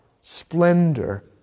splendor